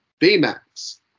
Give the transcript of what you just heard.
Baymax